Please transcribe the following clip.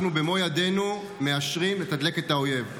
אנחנו במו ידינו מאשרים לתדלק את האויב.